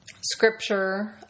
scripture